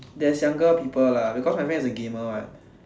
there's younger people lah because my friend is a gamer [what]